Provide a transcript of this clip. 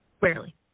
rarely